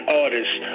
artists